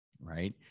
right